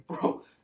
Bro